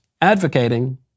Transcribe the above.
advocating